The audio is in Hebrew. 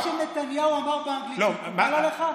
מה שנתניהו אמר באנגלית מקובל עליך?